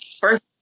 first